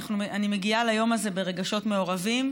אני מגיעה ליום הזה ברגשות מעורבים.